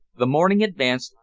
the morning advanced,